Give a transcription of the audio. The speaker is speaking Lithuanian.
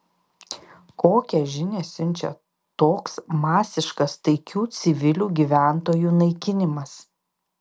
kokią žinią siunčia toks masiškas taikių civilių gyventojų naikinimas